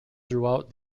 throughout